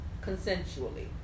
consensually